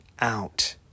out